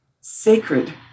sacred